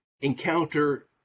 encounter